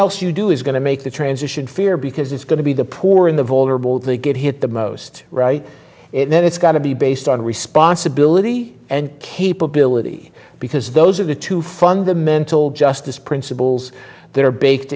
else you do is going to make the transition fear because it's going to be the poor in the vulnerable they get hit the most right then it's got to be based on responsibility and capability because those are the two fundamental justice principles that are baked